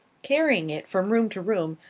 carrying it from room to room,